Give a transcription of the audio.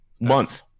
Month